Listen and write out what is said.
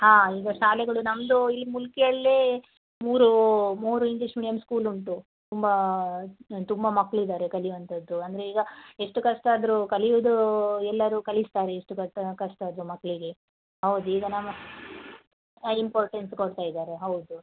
ಹಾಂ ಈಗ ಶಾಲೆಗಳು ನಮ್ಮದು ಈ ಮೂಲ್ಕಿಯಲ್ಲೇ ಮೂರು ಮೂರು ಇಂಗ್ಲೀಷ್ ಮೀಡಿಯಮ್ ಸ್ಕೂಲ್ ಉಂಟು ತುಂಬಾ ತುಂಬ ಮಕ್ಕಳು ಇದ್ದಾರೆ ಕಲಿವಂತದ್ದು ಅಂದರೆ ಈಗ ಎಷ್ಟು ಕಷ್ಟ ಆದರೂ ಕಲಿಯೋದು ಎಲ್ಲಾರು ಕಲಿಸ್ತಾರೆ ಎಷ್ಟು ಕಷ್ಟ ಕಷ್ಟ ಆದರೂ ಮಕ್ಕಳಿಗೆ ಹೌದ್ ಈಗ ನಮ್ಮ ಹಾಂ ಇಂಪಾರ್ಟೆಂನ್ಸ್ ಕೊಡ್ತಾ ಇದ್ದಾರೆ ಹೌದು